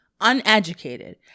uneducated